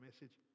message